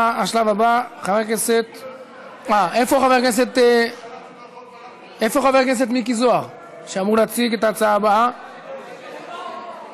והיא חוזרת לדיון בוועדה